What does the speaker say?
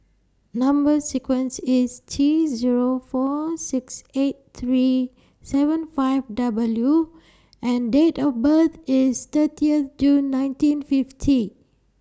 Number sequence IS T Zero four six eight three seven five W and Date of birth IS thirtieth June nineteen fifty